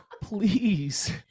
please